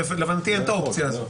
להבנתי אין את האופציה הזאת.